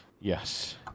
Yes